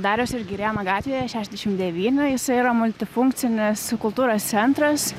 dariaus ir girėno gatvėje šešiasdešim devyni jisai yra multifunkcinis kultūros centras